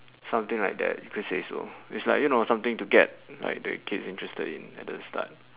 something like that you could say so it's like you know something to get like the kids interested in at the start